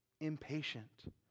impatient